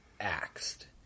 axed